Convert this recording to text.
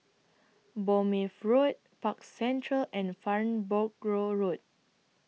Bournemouth Road Park Central and Farnborough Road